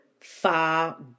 far